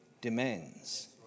demands